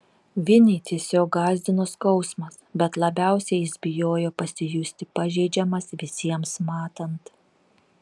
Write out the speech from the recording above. vinį tiesiog gąsdino skausmas bet labiausiai jis bijojo pasijusti pažeidžiamas visiems matant